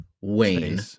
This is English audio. Wayne